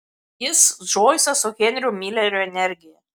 jis džoisas su henrio milerio energija